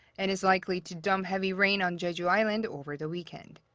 and is likely to dump heavy rain on jeju island over the weekend.